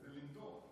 זה לנטור.